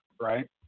right